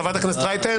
חברת הכנסת רייטן.